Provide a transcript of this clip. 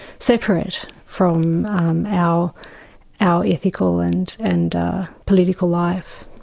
separate from our our ethical and and political life.